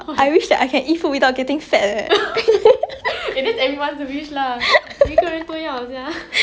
it's like !wah! I cannot eh every time I eat food like it's like a very like personal internal thing lah